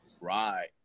Right